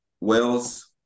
Wales